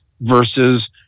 versus